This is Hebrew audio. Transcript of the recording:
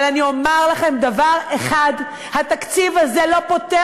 אבל אני אומר לכם דבר אחד: התקציב הזה לא פותר